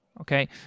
Okay